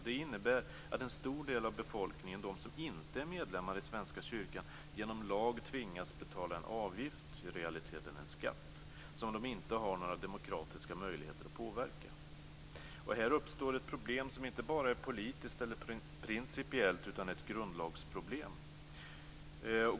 Det innebär att en stor del av befolkningen, de som inte är medlemmar i Svenska kyrkan, genom lag tvingas betala en avgift, i realiteten en skatt, som de inte har några demokratiska möjligheter att påverka. Här uppstår ett problem som inte bara är politiskt eller principiellt utan ett grundlagsproblem.